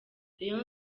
rayon